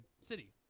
city